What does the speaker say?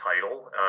title